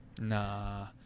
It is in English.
Nah